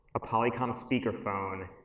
a polycom speaker phone,